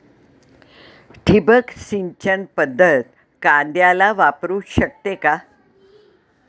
ठिबक सिंचन पद्धत कांद्याला वापरू शकते का?